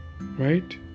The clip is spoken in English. right